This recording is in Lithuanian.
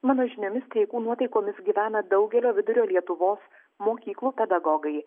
mano žiniomis streikų nuotaikomis gyvena daugelio vidurio lietuvos mokyklų pedagogai